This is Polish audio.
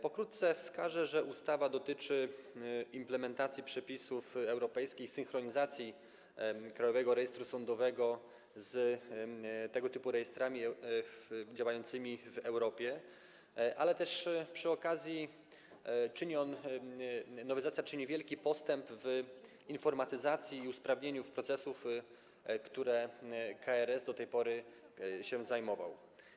Pokrótce wskażę, że ustawa dotyczy implementacji przepisów europejskich, synchronizacji Krajowego Rejestru Sądowego z tego typu rejestrami działającymi w Europie, ale też przy okazji nowelizacja czyni wielki postęp w informatyzacji i usprawnieniu procesów, którymi KRS do tej pory się zajmował.